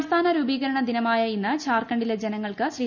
സംസ്ഥാന രൂപീകരണ ദിനമായ ഇന്ന് ജാർഖണ്ഡിലെ ജനങ്ങൾക്ക് ശ്രീ